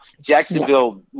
Jacksonville